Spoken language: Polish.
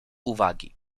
uwagi